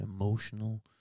emotional